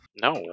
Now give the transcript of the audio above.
No